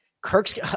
Kirk's